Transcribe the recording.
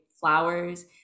flowers